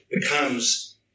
becomes